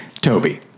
Toby